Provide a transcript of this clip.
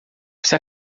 você